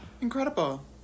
Incredible